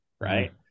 Right